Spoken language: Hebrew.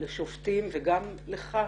לשופטים וגם לך,